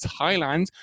Thailand